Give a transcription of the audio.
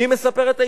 היא מספרת,